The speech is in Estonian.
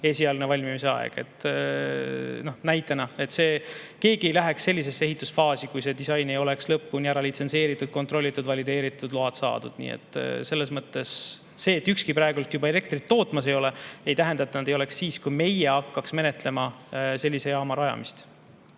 esialgne valmimisaeg. Näitena. Keegi ei läheks sellisesse ehitusfaasi, kui see disain ei oleks lõpuni ära litsentsitud, kontrollitud, valideeritud, load saadud. Nii et selles mõttes see, et ükski praegu elektrit tootmas ei ole, ei tähenda, et nad ei oleks siis, kui meie hakkaksime menetlema sellise jaama rajamist.